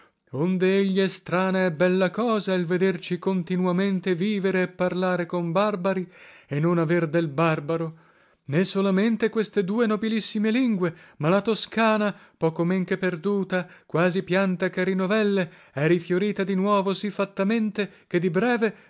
è strana e bella cosa il vederci continuamente vivere e parlare con barbari e non aver del barbaro né solamente queste due nobilissime lingue ma la toscana poco men che perduta quasi pianta che rinovelle è rifiorita di nuovo sì fattamente che di breve